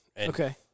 Okay